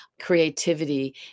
creativity